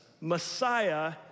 Messiah